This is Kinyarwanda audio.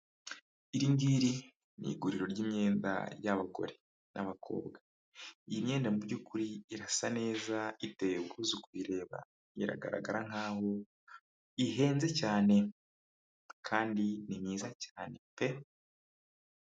Iringiri ni iguriro ry'imyenda y'abagore n'abakobwa, iyi myenda muby'ukuri irasa neza iteye ubwuzu kuyireba iragaragara nkaho ihenze cyane kandi ni mwiza cyane pe.